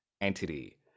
entity